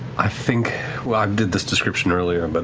i think, when i did this description earlier, but